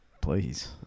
Please